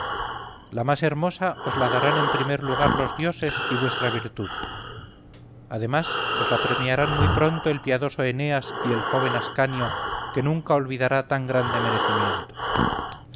la más hermosa os la darán en primer lugar los dioses y vuestra virtud además os la premiarán muy pronto el piadoso eneas y el joven ascanio que nunca olvidará tan grande merecimiento